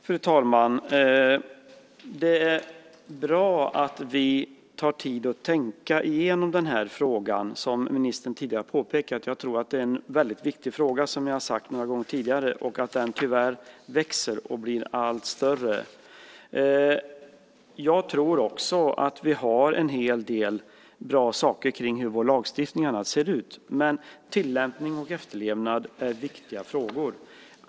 Fru talman! Det är bra att vi tar tid att tänka igenom den här frågan, som ministern tidigare har påpekat. Jag tror att det är en väldigt viktig fråga, som jag har sagt någon gång tidigare, och att den tyvärr växer och blir allt större. Jag tror också att vi har en hel del bra saker när det gäller hur vår lagstiftning ser ut, men tillämpning och efterlevnad är viktiga frågor.